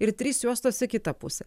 ir trys juostos į kitą pusę